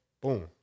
boom